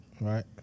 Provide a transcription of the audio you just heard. right